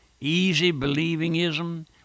easy-believing-ism